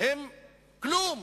הם כלום,